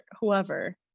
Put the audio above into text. whoever